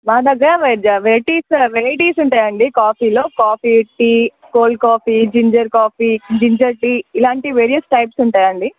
మా దగ్గర veg varieties varieties ఉంటాయండి కాఫీలో coffee tea cold coffee ginger coffee ginger tea ఇలాంటి వేరియస్ టైప్స్ ఉంటాయండి